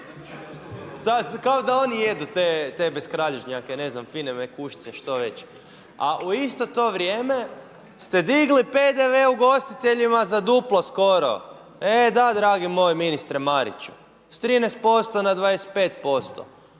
kao da oni jedu te beskralježnjake, ne znam, fine mekušce, što već. A u isto to vrijeme, ste digli PDV ugostiteljima za duplo skoro, e da dragi moj ministre Mariću, s 13% na 25%.